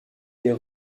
des